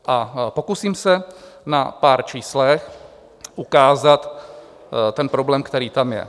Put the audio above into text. A pokusím se na pár číslech ukázat ten problém, který tam je.